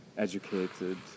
educated